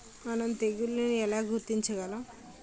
మనం తెగుళ్లను ఎలా గుర్తించగలం?